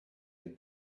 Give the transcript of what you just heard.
had